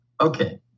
okay